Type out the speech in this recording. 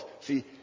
see